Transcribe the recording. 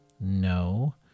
No